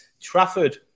Trafford